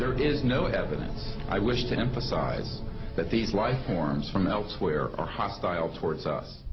there is no evidence i wish to emphasize that these lifeforms from elsewhere are hostile towards us